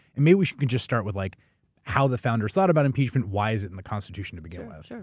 and maybe we could just start with like how the founders thought about impeachment. why is it in the constitution to begin with? sure.